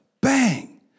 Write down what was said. bang